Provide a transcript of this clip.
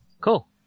Cool